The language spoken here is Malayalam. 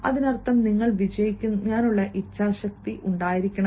അതിനർത്ഥം നിങ്ങൾക്ക് വിജയിക്കാനുള്ള ഇച്ഛാശക്തി ഉണ്ടായിരിക്കണം